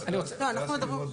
שלכם.